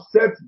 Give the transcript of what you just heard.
set